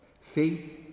faith